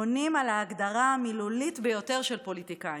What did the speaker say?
עונים על ההגדרה המילולית ביותר של פוליטיקאים,